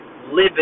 living